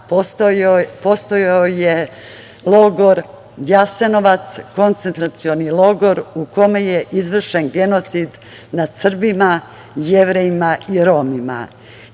postojao je logor Jasenovac, koncentracioni logor u kome je izvršen genocid nad Srbima, Jevrejima i Romima.